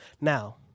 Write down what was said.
now